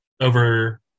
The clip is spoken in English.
Over